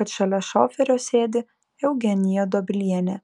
kad šalia šoferio sėdi eugenija dobilienė